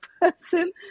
person